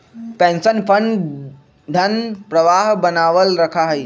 pension fund धन प्रवाह बनावल रखा हई